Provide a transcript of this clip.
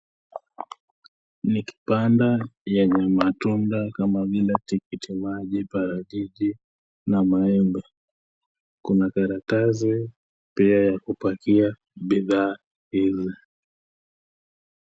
Ni kibanda yenye matunda kama vile tikitimaji, parachichi na maembe, kuna karatasi pia ya kupakia bidhaa hizi.